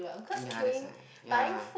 ya that's why ya